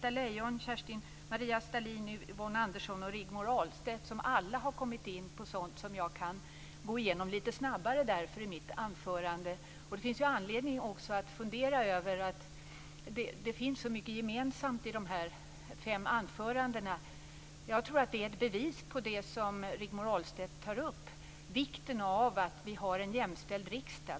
Andersson och Rigmor Ahlstedt som alla har kommit in på sådant som jag därför kan gå igenom lite snabbare i mitt anförande. Det finns också anledning att fundera över att det finns så mycket gemensamt i dessa fem anföranden. Jag tror att det är ett bevis på det som Rigmor Ahlstedt tog upp, nämligen vikten av att vi har en jämställd riksdag.